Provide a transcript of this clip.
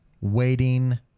waiting